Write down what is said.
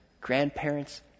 grandparents